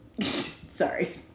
Sorry